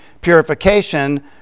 Purification